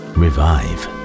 revive